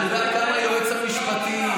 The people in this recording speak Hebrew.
את יודעת כמה יועצים משפטיים,